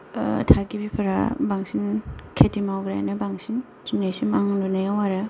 ओ थागिबिफोरा बांसिन खेति मावग्रायानो बांसिन दिनैसिम आं नुनायाव आरो